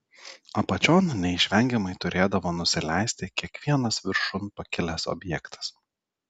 apačion neišvengiamai turėdavo nusileisti kiekvienas viršun pakilęs objektas